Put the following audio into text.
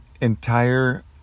entire